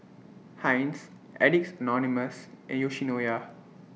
Heinz Addicts Anonymous and Yoshinoya